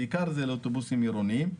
וזה בעיקר לגבי אוטובוסים עירוניים.